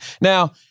Now